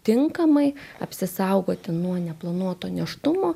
tinkamai apsisaugoti nuo neplanuoto nėštumo